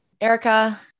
Erica